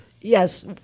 Yes